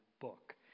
book